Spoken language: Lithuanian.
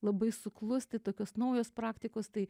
labai suklust tai tokios naujos praktikos tai